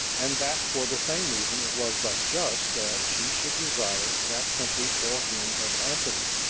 and that for the same reason it was but just that she should desire that country for him of antony,